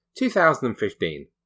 2015